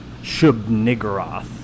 Shubnigaroth